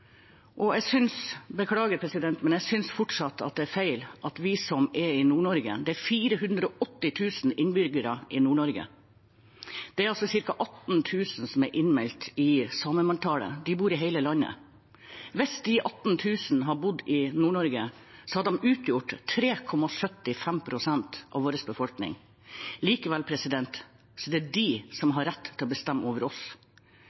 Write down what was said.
Jeg beklager, , men jeg synes fortsatt det er feil: Det er 480 000 innbyggere i Nord-Norge, og det er altså ca. 18 000 som er innmeldt i samemanntallet. De bor i hele landet. Hvis de 18 000 hadde bodd i Nord-Norge, hadde de utgjort 3,75 pst. av vår befolkning. Likevel er det de som har rett til å bestemme over oss.